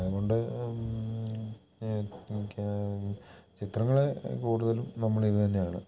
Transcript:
അതുകൊണ്ട് ചിത്രങ്ങൾ കൂടുതലും നമ്മൾ ഇതുതന്നെയാണ്